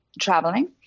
traveling